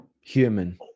Human